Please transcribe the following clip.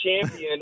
champion